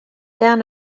down